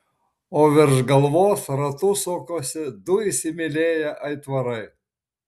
o virš galvos ratu sukosi du įsimylėję aitvarai